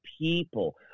people